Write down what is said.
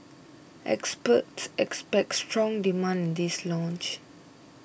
experts expect strong demand in this launch